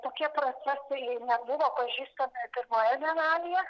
tokie procesai nebuvo pažįstami pirmoje bienalėje